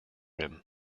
him